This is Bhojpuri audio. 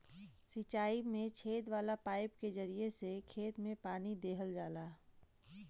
सिंचाई में छेद वाला पाईप के जरिया से खेत में पानी देहल जाला